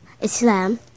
Islam